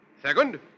Second